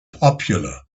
popular